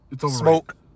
smoke